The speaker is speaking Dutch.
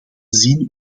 zien